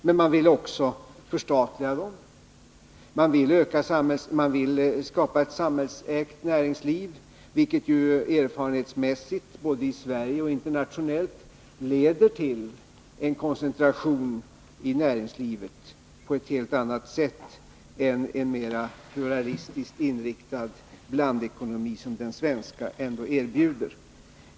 Men man vill också förstatliga, man vill skapa ett samhällsägt näringsliv, vilket erfarenhetsmässigt — både i Sverige och internationellt — leder till en koncentration i näringslivet på ett helt annat sätt än en mer pluralistiskt inriktad blandekonomi som den svenska erbjuder.